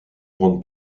grande